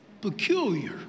Peculiar